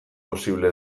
posible